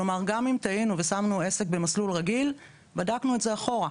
כלומר גם אם טעינו ושמנו עסק במסלול רגיל בדקנו את זה אחורה,